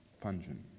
Pungent